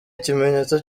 ikimenyetso